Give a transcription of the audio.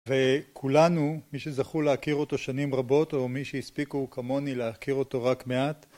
וכולנו, מי שזכו להכיר אותו שנים רבות, או מי שהספיקו, כמוני, להכיר אותו רק מעט